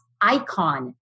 icon